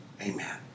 amen